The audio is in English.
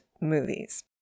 movies